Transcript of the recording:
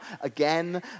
again